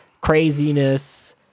craziness